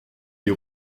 des